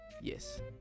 Yes